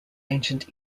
ancient